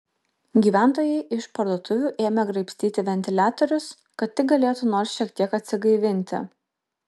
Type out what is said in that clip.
gyventojai iš parduotuvių ėmė graibstyti ventiliatorius kad tik galėtų nors šiek tiek atsigaivinti